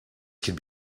could